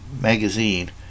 magazine